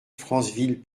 franceville